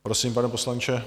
Prosím, pane poslanče.